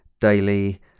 daily